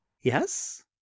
Yes